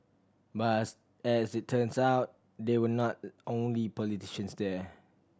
but as as it turns out they were not the only politicians there